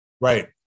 Right